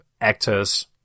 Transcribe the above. actors